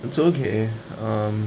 it's okay um